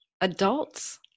adults